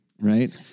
right